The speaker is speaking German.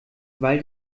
weil